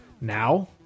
now